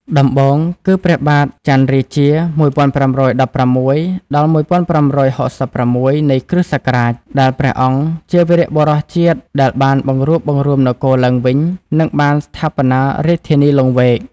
ដំបូងគឺ ព្រះបាទចន្ទរាជា ១៥១៦-១៥៦៦ នៃគ្រិស្តសករាជ ដែលព្រះអង្គជាវីរបុរសជាតិដែលបានបង្រួបបង្រួមនគរឡើងវិញ និងបានស្ថាបនារាជធានីលង្វែក។